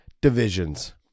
divisions